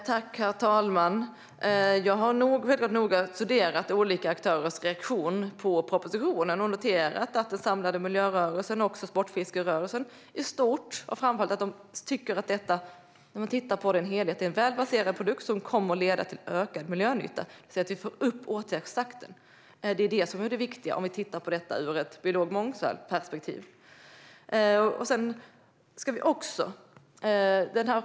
Herr talman! Jag har självklart noga studerat olika aktörers reaktion på propositionen, och jag har noterat att den samlade miljörörelsen och även sportfiskerörelsen i stort har framhållit att detta - när man tittar på helheten - är en välbalanserad produkt som kommer att leda till ökad miljönytta. Det handlar om att vi får upp åtgärdstakten. Det är det som är det viktiga om vi tittar på detta ur perspektivet biologisk mångfald.